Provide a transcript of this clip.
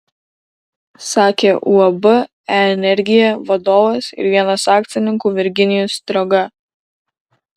sakė uab e energija vadovas ir vienas akcininkų virginijus strioga